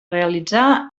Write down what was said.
realitzar